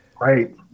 Right